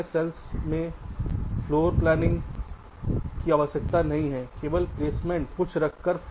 मानक सेल में floor planning की आवश्यकता नहीं है केवल प्लेसमेंट कुछ रखकर